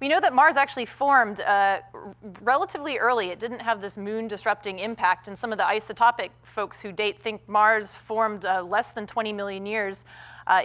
we know that mars actually formed relatively early. it didn't have this moon-disrupting impact, and some of the isotopic folks who date think mars formed less than twenty million years